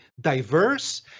diverse